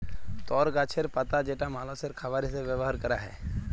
তর গাছের পাতা যেটা মালষের খাবার হিসেবে ব্যবহার ক্যরা হ্যয়